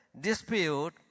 dispute